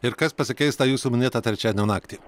ir kas pasikeis tą jūsų minėtą trečiadienio naktį